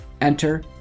enter